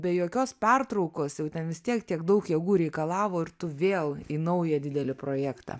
be jokios pertraukos jau ten vis tiek tiek daug jėgų reikalavo ir tu vėl į naują didelį projektą